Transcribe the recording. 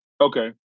Okay